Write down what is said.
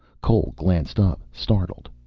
cole glanced up, startled.